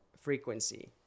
frequency